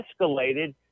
escalated